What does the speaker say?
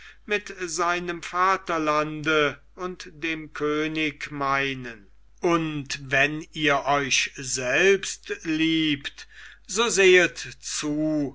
mit seinem vaterlande und dem könige meinen und wenn ihr euch selbst liebt so sehet zu